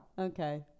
Okay